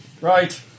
Right